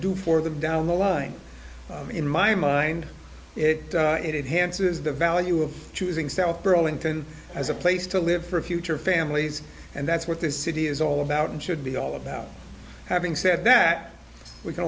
do for them down the line in my mind it it hanson is the value of choosing south burlington as a place to live for a future families and that's what this city is all about and should be all about having said that we can